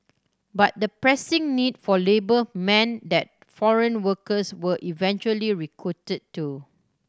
but the pressing need for labour man that foreign workers were eventually recruited too